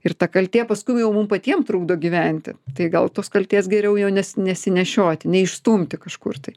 ir ta kaltė paskui jau mum patiem trukdo gyventi tai gal tos kaltės geriau jau nesi nesinešioti neišstumti kažkur tai